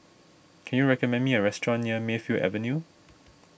can you recommend me a restaurant near Mayfield Avenue